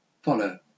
follow